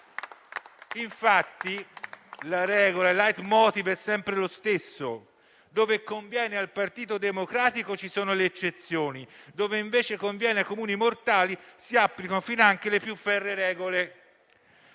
Infatti, la regola e il *leitmotiv* sono sempre gli stessi: dove conviene al Partito Democratico, ci sono le eccezioni; dove invece conviene ai comuni mortali, si applicano finanche le più ferree regole.